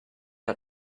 out